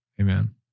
Amen